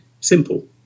Simple